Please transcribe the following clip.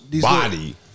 body